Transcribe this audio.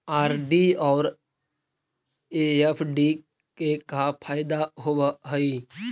RD और FD के का फायदा होव हई?